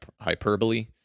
hyperbole